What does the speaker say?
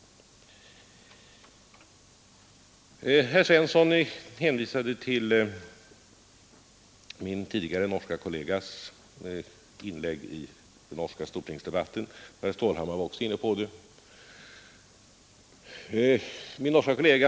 Herr Svensson hänvisade till min tidigare norske kollegas inlägg i den norska stortingsdebatten. Herr Stålhammar var också inne på det.